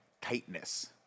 tightness